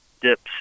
dips